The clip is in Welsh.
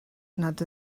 nad